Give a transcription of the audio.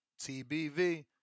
TBV